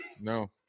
No